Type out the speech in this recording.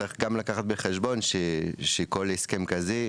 צריך גם לקחת בחשבון שכל הסכם כזה,